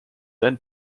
then